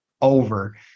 over